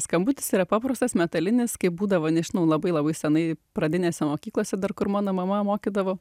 skambutis yra paprastas metalinis kaip būdavo nežinau labai labai senai pradinėse mokyklose dar kur mano mama mokydavo